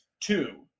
two